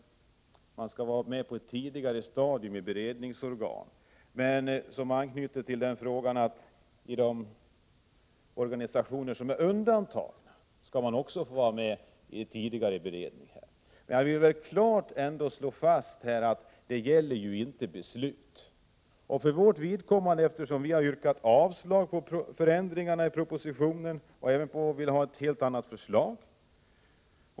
Man skall vara med på ett tidigare stadium i beredningsorganen. I de organisationer som är undantagna skall man också få vara med tidigare i beredningen. Jag vill klart slå fast att det inte gäller beslut. Vi har yrkat avslag på de förändringar som föreslås i propositionen och vill ha ett helt annat förslag.